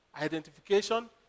Identification